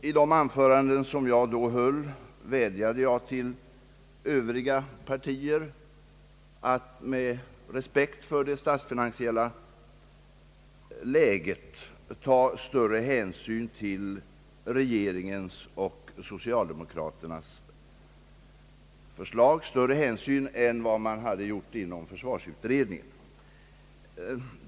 I de anföranden som jag då höll vädjade jag till övriga partier att med respekt för det statsfinansiella läget ta större hänsyn till regeringens och socialdemokraternas förslag, större hänsyn än man hade tagit inom försvarsutredningen.